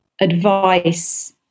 advice